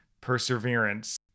perseverance